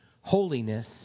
holiness